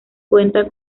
cuenta